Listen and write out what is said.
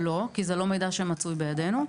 לא, כי זה לא מידע שמצוי בידינו.